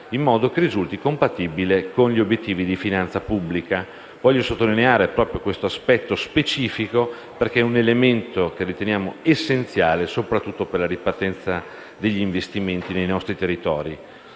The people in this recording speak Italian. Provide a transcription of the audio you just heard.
in modo che risulti compatibile con gli obiettivi di finanza pubblica. Voglio sottolineare proprio questo aspetto specifico, perché si tratta di un elemento che riteniamo essenziale, soprattutto per la ripartenza degli investimenti nei nostri territori.